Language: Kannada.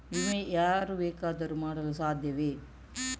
ವಿಮೆ ಯಾರು ಬೇಕಾದರೂ ಮಾಡಲು ಸಾಧ್ಯವೇ?